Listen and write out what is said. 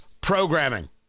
programming